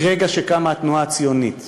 ברגע שקמה התנועה הציונית ואמרה: